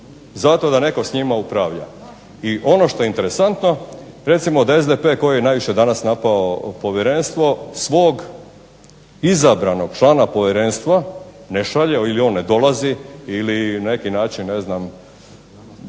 zato da netko s njima upravlja. I ono što je interesantno, recimo da SDP koji je najviše danas napao povjerenstvo svog izabranog člana povjerenstva ne šalje ili on ne dolazi, ili na neki način ne znam